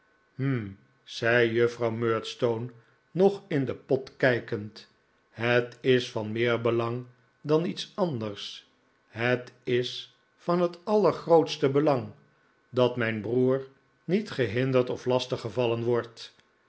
hm zei juffrouw murdstone nog in den pot kijkend het is van meer belang dan iets anders het is van het allergrootste belang dat mijn broer niet gehinderd of lastig gevallen wordt